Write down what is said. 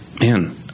man